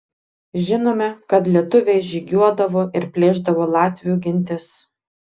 žinome kad lietuviai žygiuodavo ir plėšdavo latvių gentis